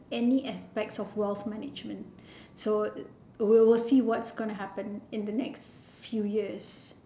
any aspects of wealth management so we will see what's gonna happen in the next few years